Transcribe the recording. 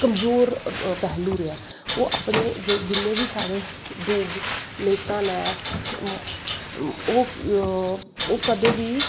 कमजोर पैह्लू रेहा ओह् अपने जिन्ने बी नेता नै ओह् कदें बी